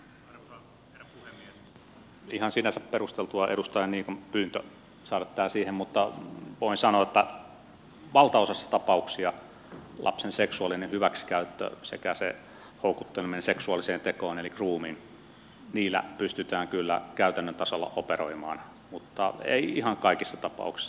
sinänsä ihan perusteltua edustaja niikon pyyntö saada tämä siihen mutta voin sanoa että valtaosassa tapauksia lapsen seksuaalinen hyväksikäyttö sekä houkutteleminen seksuaaliseen tekoon eli grooming niillä pystytään kyllä käytännön tasolla operoimaan mutta ei ihan kaikissa tapauksissa